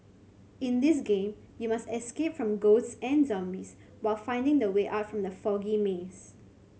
in this game you must escape from ghosts and zombies while finding the way out from the foggy maze